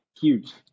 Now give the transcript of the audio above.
huge